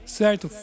certo